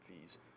fees